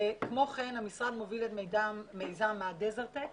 כמו כן המשרד מוביל את מיזם ה-דזרד-טק